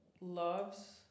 loves